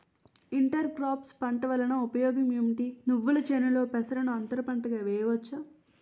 Inter crops పంట వలన ఉపయోగం ఏమిటి? నువ్వుల చేనులో పెసరను అంతర పంటగా వేయవచ్చా?